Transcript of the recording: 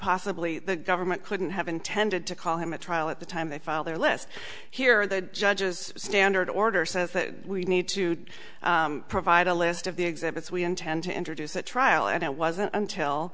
possibly the government couldn't have intended to call him a trial at the time they file their list here the judge's standard order says we need to provide a list of the exhibits we intend to introduce at trial and it wasn't until